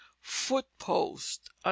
foot-post